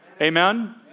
Amen